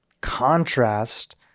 contrast